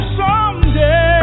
someday